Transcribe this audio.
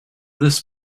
this